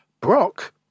Brock